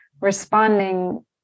responding